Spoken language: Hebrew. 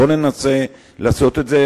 בוא ננסה לעשות את זה,